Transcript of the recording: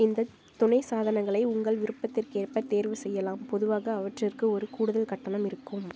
இந்த துணை சாதனங்களை உங்கள் விருப்பத்திற்கேற்ப தேர்வு செய்யலாம் பொதுவாக அவற்றிக்கு ஒரு கூடுதல் கட்டணம் இருக்கும்